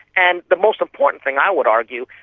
and the most important thing, i would argue,